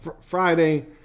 Friday